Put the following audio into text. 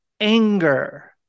anger